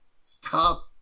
Stop